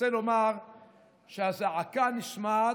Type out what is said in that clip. רוצה לומר שהזעקה נשמעת,